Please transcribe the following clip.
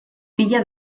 filla